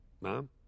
Mom